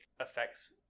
effects